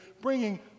bringing